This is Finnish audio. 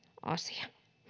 asia